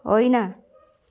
होइन